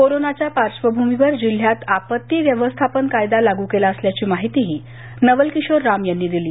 कोरोनाच्या पार्श्वभूमीवर जिल्ह्यात आपत्ती व्यवस्थापन कायदा लागू केला असल्याची माहितीही नवल किशोर राम यांनी दिली